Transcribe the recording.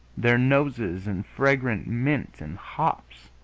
their noses in fragrant mint and hops